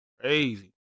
crazy